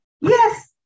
Yes